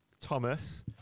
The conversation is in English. Thomas